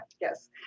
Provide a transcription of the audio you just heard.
Yes